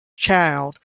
child